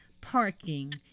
Parking